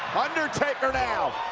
undertaker now,